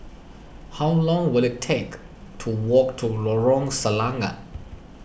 how long will it take to walk to Lorong Selangat